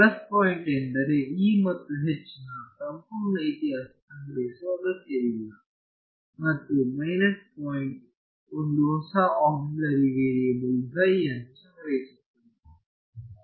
plus point ಎಂದರೆ E ಮತ್ತು H ನ ಸಂಪೂರ್ಣ ಇತಿಹಾಸವನ್ನು ಸಂಗ್ರಹಿಸುವ ಅಗತ್ಯವಿಲ್ಲ ಮತ್ತು ಮೈನಸ್ ಪಾಯಿಂಟ್ ಒಂದು ಹೊಸ ಆಕ್ಸಿಲರಿ ವೇರಿಯೇಬಲ್ ಅನ್ನು ಸಂಗ್ರಹಿಸುತ್ತದೆ